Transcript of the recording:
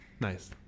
Nice